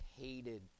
hated